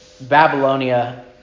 Babylonia